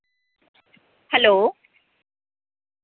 hello